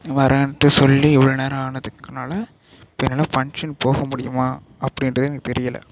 வர்றேன்ட்டு சொல்லி இவ்ளோ நேரம் ஆனதுக்குனால இப்போ என்னால் ஃபங்ஷன் போக முடியுமா அப்படின்றதே எனக்குத் தெரியல